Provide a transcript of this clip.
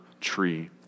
tree